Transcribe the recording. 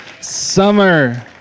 Summer